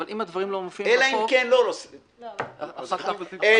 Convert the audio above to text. אבל אם הדברים לא מופיעים בחוק --- כתוב בסעיף --- דרור,